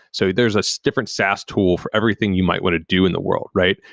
so there's a so different saas tool for everything you might want to do in the world, right?